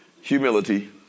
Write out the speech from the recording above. humility